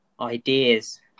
ideas